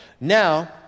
Now